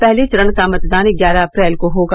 पहले चरण का मतदान ग्यारह अप्रैल को होगा